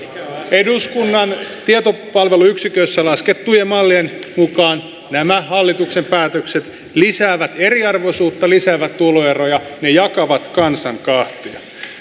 eduskunnan tietopalveluyksikössä laskettujen mallien mukaan nämä hallituksen päätökset lisäävät eriarvoisuutta lisäävät tuloeroja ne jakavat kansan kahtia